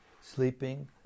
sleeping